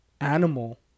animal